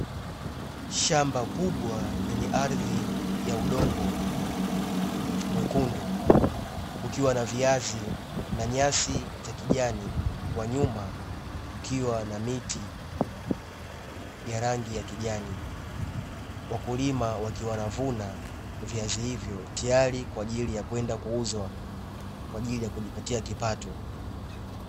Shamba kubwa lenye ardhi ya udongo mwekundu ukiwa na viazi na nyasi za kijani, kwa nyuma ukiwa na miti ya rangi ya kijani. Wakulima wakiwa wanavuna viazi hivyo tayari kwa ajili ya kwenda kuuzwa kwa ajili ya kujipatia kipato.